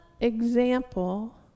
example